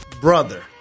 brother